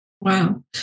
Wow